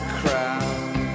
crowd